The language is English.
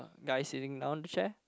guy sitting down the chair